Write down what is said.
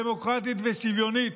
דמוקרטית ושוויונית,